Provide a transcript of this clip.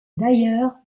d’ailleurs